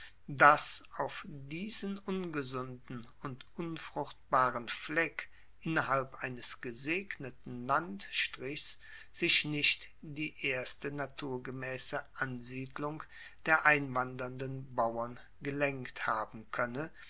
dass auf diesen ungesunden und unfruchtbaren fleck innerhalb eines gesegneten landstrichs sich nicht die erste naturgemaesse ansiedlung der einwandernden bauern gelenkt haben koenne